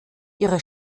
ihre